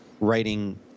writing